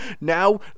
now